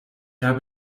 habe